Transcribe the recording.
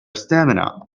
stamina